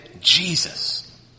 Jesus